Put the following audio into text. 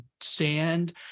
sand